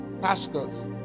pastors